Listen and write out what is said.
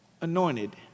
anointed